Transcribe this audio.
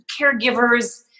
caregivers